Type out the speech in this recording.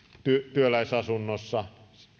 työläisasunnossa